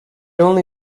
only